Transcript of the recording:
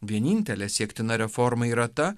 vienintelė siektina reforma yra ta